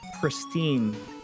pristine